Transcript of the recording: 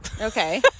okay